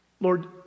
Lord